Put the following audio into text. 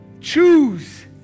Choose